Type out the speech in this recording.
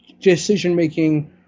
decision-making